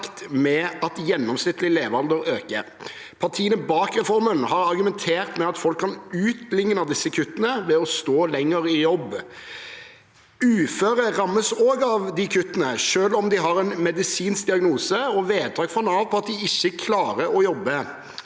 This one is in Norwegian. med at gjennomsnittlig levealder øker. Partiene bak reformen har argumentert med at folk kan utligne kuttene ved å stå lenger i jobb. Uføre rammes også av kuttene, selv om de har en medisinsk diagnose og vedtak fra Nav på at de ikke klarer å jobbe.